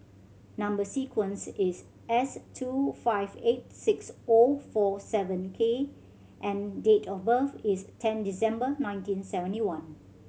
number sequence is S two five eight six O four seven K and date of birth is ten December nineteen seventy one